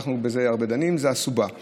אנחנו דנים בזה הרבה, הסובה למעלה.